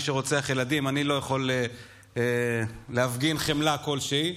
למי שרוצח ילדים אני לא יכול להפגין חמלה כלשהי.